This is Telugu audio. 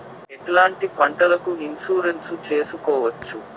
ఎట్లాంటి పంటలకు ఇన్సూరెన్సు చేసుకోవచ్చు?